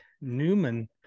newman